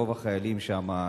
רוב החיילים שם,